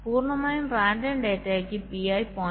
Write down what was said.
അതിനാൽ പൂർണ്ണമായും റാൻഡം ഡാറ്റയ്ക്ക് Pi 0